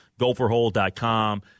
gopherhole.com